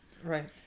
right